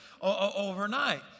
overnight